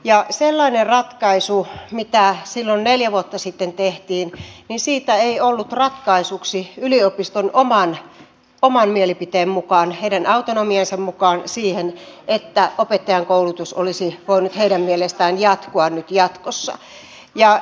ja sellaisesta ratkaisusta mitä silloin neljä vuotta sitten tehtiin ei ollut ratkaisuksi yliopiston oman mielipiteen mukaan heidän autonomiansa mukaan siihen että opettajankoulutus olisi voinut heidän mielestään jatkua nyt jatkossa